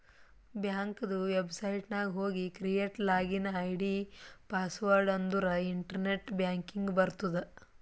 ಬ್ಯಾಂಕದು ವೆಬ್ಸೈಟ್ ನಾಗ್ ಹೋಗಿ ಕ್ರಿಯೇಟ್ ಲಾಗಿನ್ ಐ.ಡಿ, ಪಾಸ್ವರ್ಡ್ ಅಂದುರ್ ಇಂಟರ್ನೆಟ್ ಬ್ಯಾಂಕಿಂಗ್ ಬರ್ತುದ್